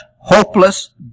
hopeless